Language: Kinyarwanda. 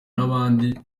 n’abandi